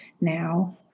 now